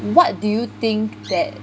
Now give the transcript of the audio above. what do you think that